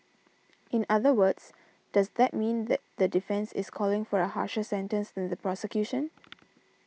in other words does that mean that the defence is calling for a harsher sentence than the prosecution